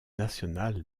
nationale